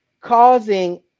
causing